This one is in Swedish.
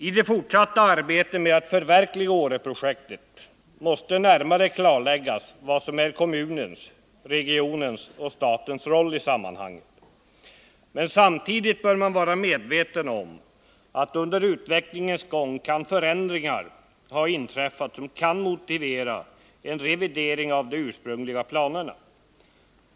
I det fortsatta arbetet med att förverkliga Åreprojektet måste man närmare klarlägga vad som är kommunens, regionens och statens roll i sammanhanget. Men samtidigt bör man vara medveten om att det under utvecklingens gång kan ha inträffat förändringar, som kan motivera en revidering av de ursprungliga planerna.